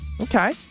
Okay